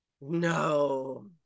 no